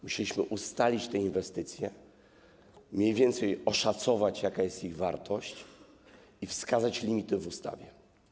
Musieliśmy ustalić te inwestycje, mniej więcej oszacować ich wartość i wskazać limity w ustawie.